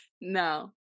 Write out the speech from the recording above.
No